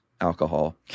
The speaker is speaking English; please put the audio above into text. alcohol